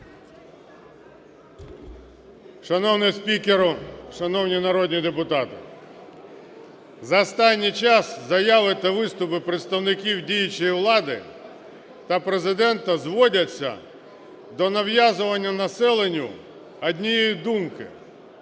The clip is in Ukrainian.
Шановний спікеру, шановні народні депутати! За останній час заяви та виступи представників діючої влади та Президента зводяться до нав'язування населенню однієї думки,